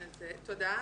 אז תודה.